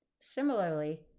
Similarly